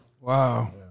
Wow